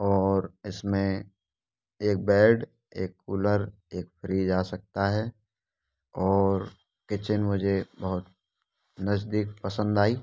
और इसमें एक बैड एक कुलर एक फ्रीज आ सकता है और किचन मुझे बहुत नजदीक पसंद आई